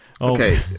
Okay